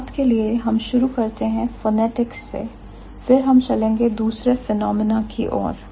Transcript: शुरुआत के लिए हम शुरु करते हैं phonetics स्वर विज्ञान से फिर हम चलेंगे दूसरे phenomenna फिनोमिना की ओर